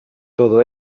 todo